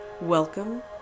Welcome